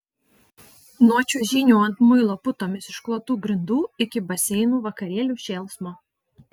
nuo čiuožynių ant muilo putomis išklotų grindų iki baseinų vakarėlių šėlsmo